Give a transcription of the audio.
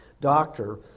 doctor